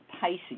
Pisces